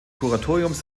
kuratoriums